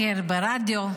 בבוקר ברדיו,